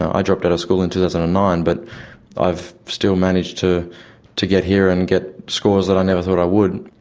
i dropped out of school in two thousand and nine, but i've still managed to to get here and get scores that i never thought i would.